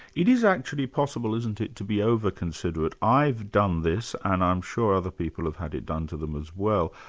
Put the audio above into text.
it is actually possible, isn't it, to be over-considerate. i've done this, and i'm sure other people have had it done to them as well,